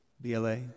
BLA